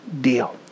deal